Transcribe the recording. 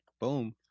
Boom